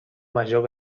major